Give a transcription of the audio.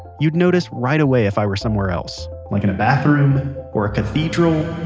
you'd notice right away if i were somewhere else, like in a bathroom or a cathedral.